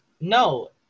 No